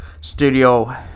studio